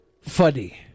funny